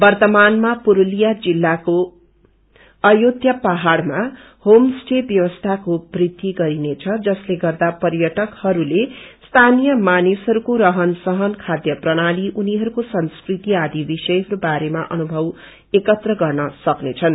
कर्तामानमा पुस्तिया जिल्लाको अयोध्या पहाइमा होम स्टे ब्यवस्थाको बृद्धि गरिनेछ जसले गर्दा पयर्टकहरूले स्थानिय मानिसहरूको रहन सहन खाध्य प्रणाली उनिहस्को संस्कृति आदि बिषयहरू बारेमा अनुभव एकत्र गर्न सक्नेछन